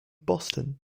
boston